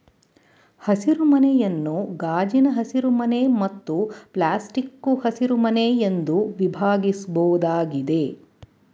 ಹಸಿರುಮನೆಯನ್ನು ಗಾಜಿನ ಹಸಿರುಮನೆ ಮತ್ತು ಪ್ಲಾಸ್ಟಿಕ್ಕು ಹಸಿರುಮನೆ ಎಂದು ವಿಭಾಗಿಸ್ಬೋದಾಗಿದೆ